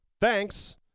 Thanks